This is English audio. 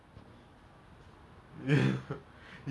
it was so it was so funny man